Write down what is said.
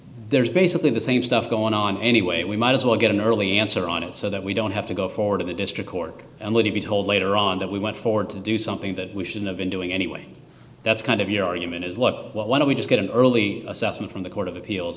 there's basically the same stuff going on anyway we might as well get an early answer on it so that we don't have to go forward of the district court and let it be told later on that we went forward to do something that we should have been doing anyway that's kind of your argument is look why don't we just get an early assessment from the court of appeals